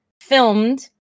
filmed